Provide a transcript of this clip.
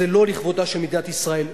זה לא לכבודה של מדינת ישראל.